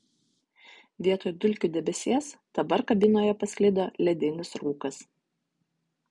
vietoj dulkių debesies dabar kabinoje pasklido ledinis rūkas